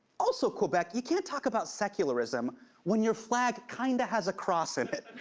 also, quebec, you can't talk about secularism when your flag kind of has a cross in it.